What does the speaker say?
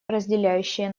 разделяющие